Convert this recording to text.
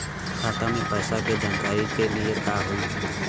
खाता मे पैसा के जानकारी के लिए का होई?